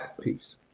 peace